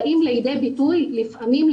באים לידי ביטוי לפעמים,